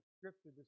Scripture